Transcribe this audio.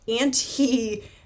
anti